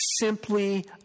simply